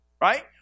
right